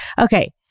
Okay